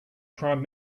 prime